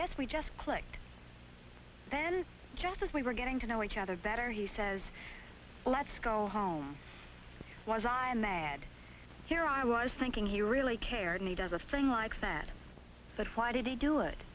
guess we just clicked then just as we were getting to know each other better he says let's go home i was on my head here i was thinking he really cared and he does a fling like that but why did he do it